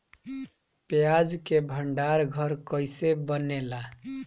प्याज के भंडार घर कईसे बनेला?